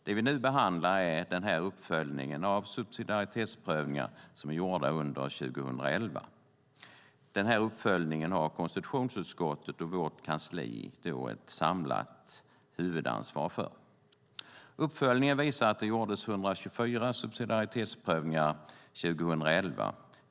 Det vi nu behandlar är denna uppföljning av subsidiaritetsprövningar som är gjorda under 2011. Denna uppföljning har konstitutionsutskottet och vårt kansli ett samlat huvudansvar för. Uppföljningen visar att det gjordes 124 subsidiaritetsprövningar 2011.